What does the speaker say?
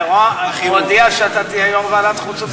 הרי הוא הודיע שאתה תהיה יושב-ראש ועדת חוץ וביטחון,